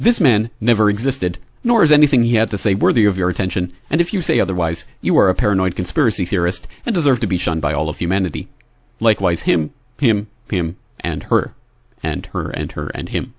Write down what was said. this man never existed nor is anything he had to say worthy of your attention and if you say otherwise you are a paranoid conspiracy theorist and deserve to be shunned by all of humanity likewise him him him and her and her and her and him